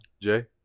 Jay